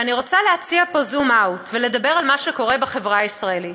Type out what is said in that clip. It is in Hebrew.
אני רוצה להציע פה zoom out ולדבר על מה שקורה בחברה הישראלית.